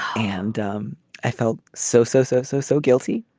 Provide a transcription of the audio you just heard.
and um i felt so, so, so so so guilty.